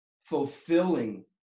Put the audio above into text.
fulfilling